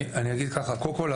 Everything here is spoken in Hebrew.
אני אגיד ככה: קודם כל,